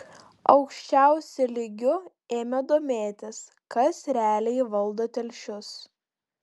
aukščiausiu lygiu ėmė domėtis kas realiai valdo telšius